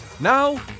Now